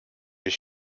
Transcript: his